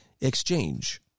exchange